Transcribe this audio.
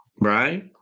right